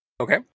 Okay